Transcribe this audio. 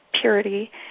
purity